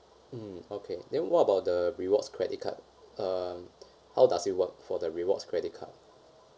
mm okay then what about the rewards credit card uh how does it work for the rewards credit card